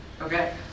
Okay